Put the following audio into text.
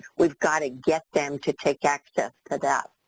we've got to get them to take access to that.